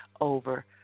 over